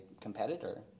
competitor